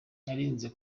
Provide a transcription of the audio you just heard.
nirinze